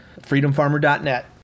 freedomfarmer.net